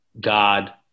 God